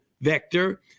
vector